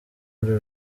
uru